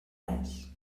res